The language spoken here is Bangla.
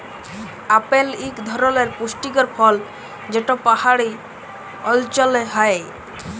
আপেল ইক ধরলের পুষ্টিকর ফল যেট পাহাড়ি অল্চলে হ্যয়